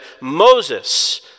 Moses